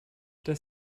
das